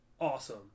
awesome